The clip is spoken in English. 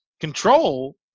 control